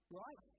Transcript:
right